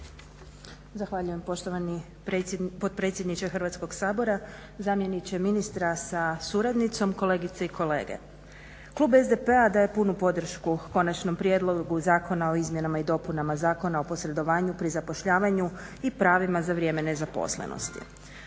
Zahvaljujem poštovani potpredsjedniče Hrvatskog sabora. Zamjeniče ministra sa suradnicom, kolegice i kolege. Klub SDP-a daje punu podršku Konačnom prijedlogu zakona o izmjenama i dopunama Zakona o posredovanju pri zapošljavanju i pravima za vrijeme nezaposlenosti.